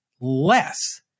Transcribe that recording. less